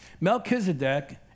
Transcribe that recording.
Melchizedek